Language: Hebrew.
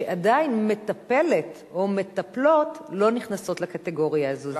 שעדיין מטפלת או מטפלות לא נכנסות לקטגוריה הזאת,